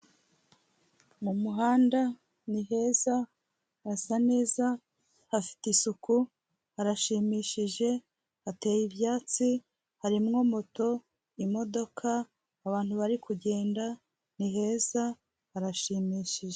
Mu muhanda, ni heza, hasa neza, hafite isuku, harashimishije, hateye ibyatsi, harimwo moto, imodoka, abantu bari kugenda, ni heza harashimishije.